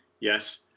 Yes